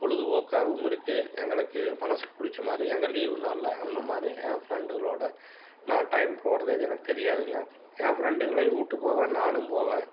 பொழுதுபோக்காகவும் இருக்குது எங்களுக்கு மனதுக்கு பிடிச்ச மாதிரி எங்க லீவ் நாள்ல அந்த மாரி என் ஃப்ரெண்டுகளோட நான் டைம் போகிறதே அது எனக்கு தெரியாதுங்க என் ஃப்ரெண்டுகளையும் கூப்ட்டு போவேன் நானும் போவேன்